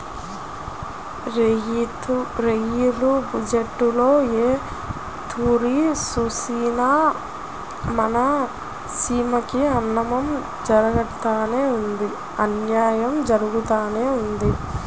rail బజ్జెట్టులో ఏ తూరి సూసినా మన సీమకి అన్నాయం జరగతానే ఉండాది